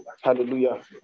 Hallelujah